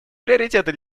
приоритеты